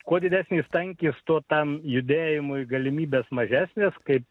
kuo didesnis tankis tuo tam judėjimui galimybės mažesnės kaip